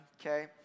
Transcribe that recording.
okay